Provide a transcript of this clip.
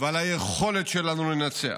ועל היכולת שלנו לנצח.